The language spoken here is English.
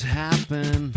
happen